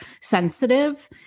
sensitive